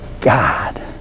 God